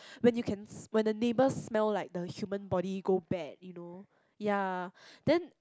when you can s~ when the neighbours smell like the human body go bad you know ya then